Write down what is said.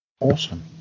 Awesome